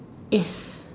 yes